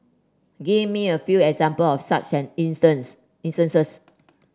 give me a few example of such an instance instances